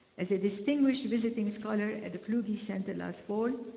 as a distinguished visiting scholar at the kluge center last fall,